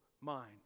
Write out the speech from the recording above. mind